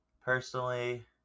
Personally